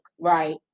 Right